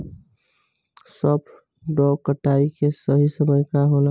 सॉफ्ट डॉ कटाई के सही समय का ह?